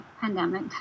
pandemic